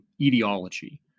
etiology